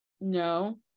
No